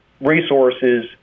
resources